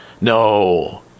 No